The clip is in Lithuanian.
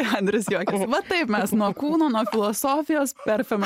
andrius juokiasi va taip mes nuo kūno nuo filosofijos per